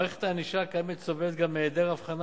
מערכת הענישה הקיימת סובלת גם מהיעדר הבחנה